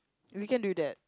we can do that